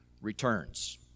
returns